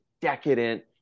decadent